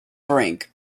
brink